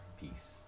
peace